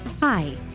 Hi